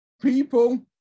people